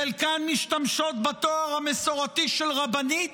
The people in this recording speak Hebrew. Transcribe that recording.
חלקן משתמשות בתואר המסורתי של רבנית